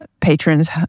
Patrons